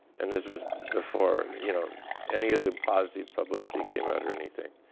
and this was before you know any of the positive publicity came out or anything.